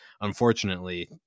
unfortunately